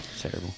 terrible